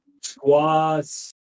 squats